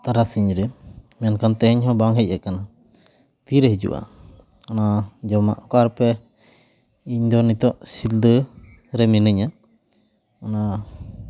ᱛᱟᱨᱟᱥᱤᱧ ᱨᱮ ᱢᱮᱱᱠᱷᱟᱱ ᱛᱮᱦᱮᱧ ᱦᱚᱸ ᱵᱟᱝ ᱦᱮᱡ ᱠᱟᱱᱟ ᱛᱤ ᱨᱮ ᱦᱤᱡᱩᱜᱼᱟ ᱱᱚᱣᱟ ᱡᱚᱢᱟᱜ ᱚᱠᱟ ᱨᱮᱯᱮ ᱤᱧ ᱫᱚ ᱱᱤᱛᱟᱹᱜ ᱥᱤᱞᱫᱟᱹ ᱨᱮ ᱢᱤᱱᱟᱹᱧᱟ ᱱᱚᱣᱟ